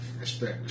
respect